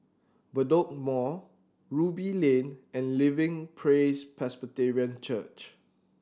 Bedok Mall Ruby Lane and Living Praise Presbyterian Church